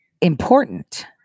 important